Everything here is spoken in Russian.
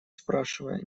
спрашивая